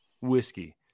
whiskey